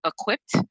equipped